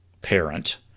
parent